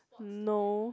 no